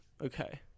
okay